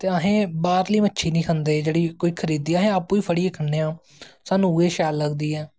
अस बाह्रली मच्छी नी खंदे खरीदियां अस अप्पूं फड़ियै खंदे आं स्हानू उऐ शैल लगदी ऐ